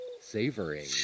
savoring